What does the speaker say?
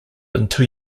until